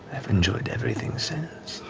i've enjoyed everything since.